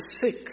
sick